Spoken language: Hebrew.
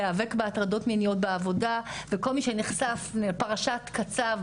להיאבק בהטרדות מיניות בעבודה וכל מי שנחשף לפרשת קצב,